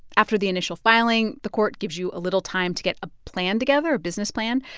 after the initial filing, the court gives you a little time to get a plan together, a business plan.